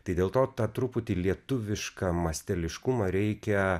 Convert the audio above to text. tai dėl to tą truputį lietuvišką masteliškumą reikia